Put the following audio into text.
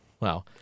Wow